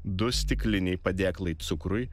du stikliniai padėklai cukrui